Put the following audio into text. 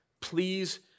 please